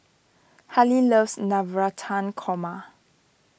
Hali loves Navratan Korma